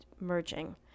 merging